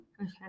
Okay